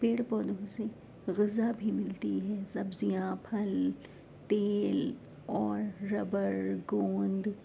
پیڑ پودوں سے غذا بھی ملتی ہے سبزیاں پھل تیل اور ربر گوند